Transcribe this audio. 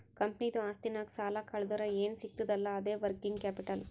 ಕಂಪನಿದು ಆಸ್ತಿನಾಗ್ ಸಾಲಾ ಕಳ್ದುರ್ ಏನ್ ಸಿಗ್ತದ್ ಅಲ್ಲಾ ಅದೇ ವರ್ಕಿಂಗ್ ಕ್ಯಾಪಿಟಲ್